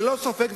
ללא ספק,